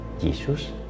Jesus